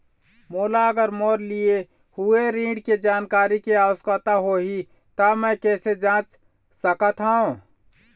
मोला अगर मोर लिए हुए ऋण के जानकारी के आवश्यकता होगी त मैं कैसे जांच सकत हव?